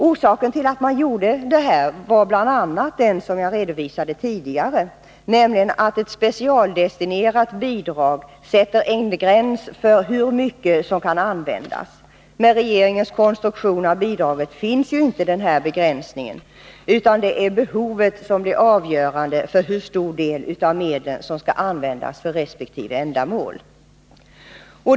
Orsaken till förslaget var bl.a. den som jag redovisade tidigare, nämligen att ett specialdestinerat bidrag sätter en gräns för hur mycket som kan användas. Med regeringens konstruktion av bidraget finns inte denna begränsning, utan behovet är avgörande för hur stor del av medlen som skall användas för resp. ändamål.